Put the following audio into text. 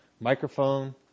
microphone